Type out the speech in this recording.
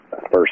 first